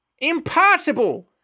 Impossible